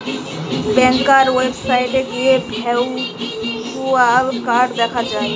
ব্যাংকার ওয়েবসাইটে গিয়ে virtual card দেখা যায়